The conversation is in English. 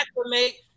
acclimate